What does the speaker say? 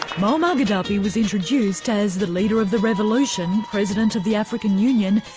um um ah gaddafi was introduced as the leader of the revolution, president of the african union,